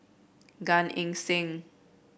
Gan Eng Seng